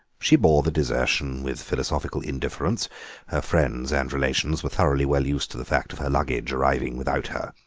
she bore the desertion with philosophical indifference her friends and relations were thoroughly well used to the fact of her luggage arriving without her.